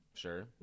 Sure